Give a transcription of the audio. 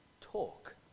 talk